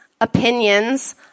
opinions